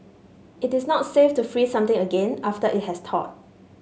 it is not safe to freeze something again after it has thawed